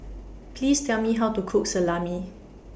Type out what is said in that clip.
Please Tell Me How to Cook Salami